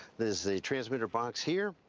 this is a transmitter box here.